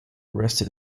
arrested